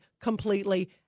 completely